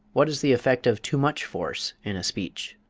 what is the effect of too much force in a speech?